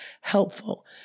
helpful